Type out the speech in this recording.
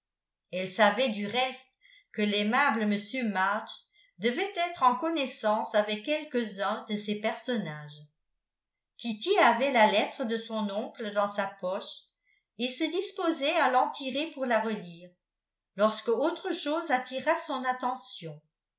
elle savait du reste que l'aimable m march devait être en connaissance avec quelques-uns de ces personnages kitty avait la lettre de son oncle dans sa poche et se disposait à l'en tirer pour la relire lorsque autre chose attira son attention